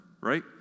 right